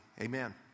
Amen